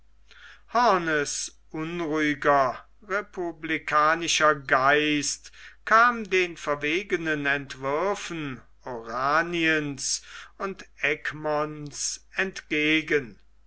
unruhiger republikanischer geist kam den verwegenen entwürfen oraniens und egmonts entgegen